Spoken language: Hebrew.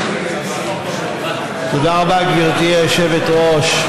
תודה רבה, גברתי היושבת-ראש.